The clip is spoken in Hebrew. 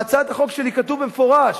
בהצעת החוק שלי כתוב במפורש